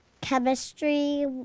chemistry